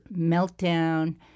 meltdown